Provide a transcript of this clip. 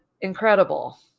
incredible